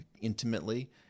intimately